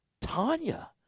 Tanya